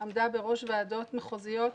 שעמדה בראש ועדות מחוזיות,